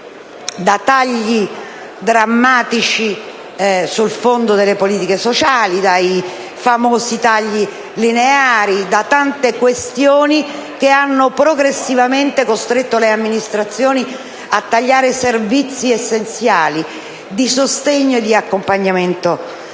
da tagli drammatici sul Fondo delle politiche sociali, dai famosi tagli lineari, da tante questioni che hanno progressivamente costretto le amministrazioni a tagliare servizi essenziali di sostegno e di accompagnamento